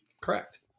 Correct